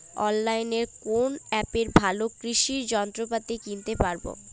অনলাইনের কোন অ্যাপে ভালো কৃষির যন্ত্রপাতি কিনতে পারবো?